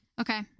Okay